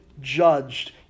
judged